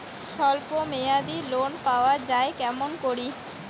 স্বল্প মেয়াদি লোন পাওয়া যায় কেমন করি?